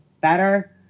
better